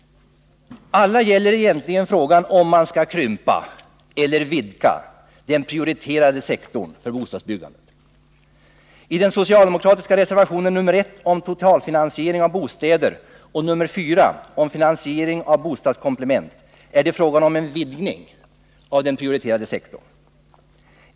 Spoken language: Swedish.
Alla gäller egentligen frågan om man skall krympa eller utvidga den prioriterade sektorn för bostadsbyggandet. I de socialdemokratiska reservationerna nr 1 om totalfinansiering av bostäder och nr 4 om finansiering av bostadskomplement är det fråga om en utvidgning av den prioriterade sektorn.